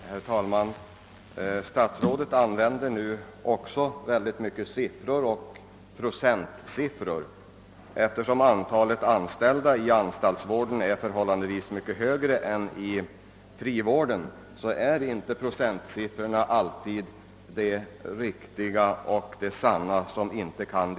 Herr talman! Herr statsrådet använde många siffror som man inte reflexionslöst kan skriva under på. Eftersom antalet anställda i anstaltsvården är förhållandevis mycket större än i frivården, kan nog procentsiffrorna diskuteras som bevismaterial i sakfrågan, även om de i och för sig är riktiga.